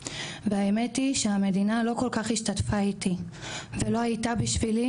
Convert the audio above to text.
והאמת היא שהמדינה לא כל כך השתתפה איתי ולא הייתה בשבילי,